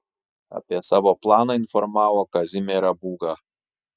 apie savo planą informavo kazimierą būgą